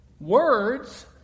Words